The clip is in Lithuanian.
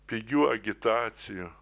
pigių agitacijų